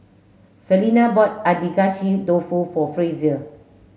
Selena bought Agedashi Dofu for Frazier